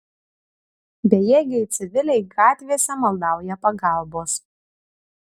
bejėgiai civiliai gatvėse maldauja pagalbos